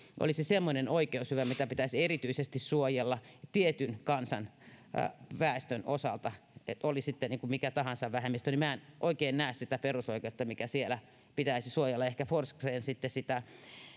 olisi semmoinen oikeushyvä mitä pitäisi erityisesti suojella tietyn kansanväestön osalta oli sitten mikä tahansa vähemmistö niin minä en oikein näe sitä perusoikeutta mitä siellä pitäisi suojella ehkä forsgren sitten sitä